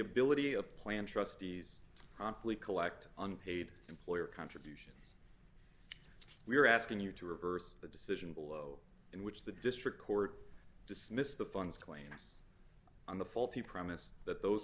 ability of plan trustees promptly collect unpaid employer contributions we are asking you to reverse the decision below in which the district court dismissed the funds claimants on the faulty premise that those